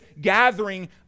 gathering